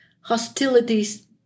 hostilities